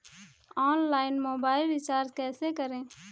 Online mobile recharge कैसे करें?